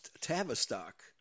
Tavistock